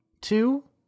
two